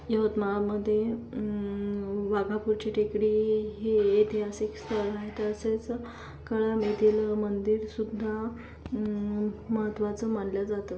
यवतमाळमध्ये वाघापूरची टेकडी हे ऐतिहासिक स्थळ आहे तसेच कळम येथील मंदिरसुद्धा महत्त्वाचं मानलं जातं